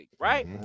Right